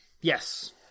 Yes